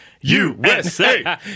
USA